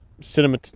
cinema